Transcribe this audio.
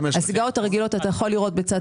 בסיגריות הרגילות אתה יכול לראות בצד שמאל.